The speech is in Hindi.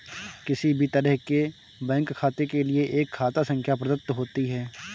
किसी भी तरह के बैंक खाते के लिये एक खाता संख्या प्रदत्त होती है